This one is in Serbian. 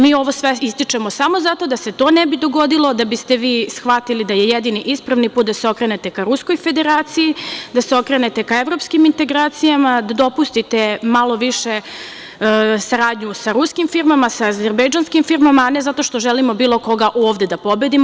Mi ovo sve ističemo samo zato da se to ne bi dogodilo, da biste vi shvatili da je jedini ispravni put da se okrenete ka Ruskoj Federaciji, da se okrenete ka evropskim integracijama, da dopustite malo više saradnju sa ruskom firmama, sa azerbejdžanskim firmama, a ne zato što želimo bilo koga ovde da pobedimo.